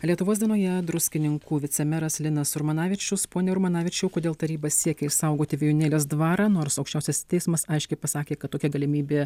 lietuvos dienoje druskininkų vicemeras linas urmanavičius pone urbanavičiau kodėl taryba siekia išsaugoti vijūnėlės dvarą nors aukščiausiasis teismas aiškiai pasakė kad tokia galimybė